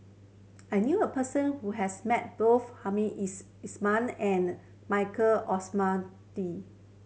I knew a person who has met both Hamed Ismail and Michael